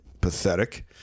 pathetic